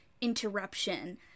interruption